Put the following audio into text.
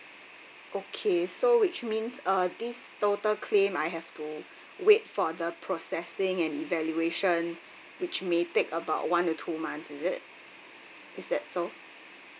okay so which means uh this total claim I have to wait for the processing and evaluation which may take about one or two months is it is that so